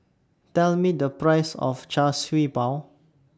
Tell Me The Price of Char Siew Bao